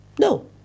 No